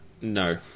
No